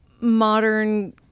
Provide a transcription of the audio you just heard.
modern